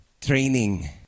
training